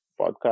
podcast